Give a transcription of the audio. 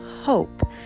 hope